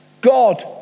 God